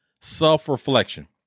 self-reflection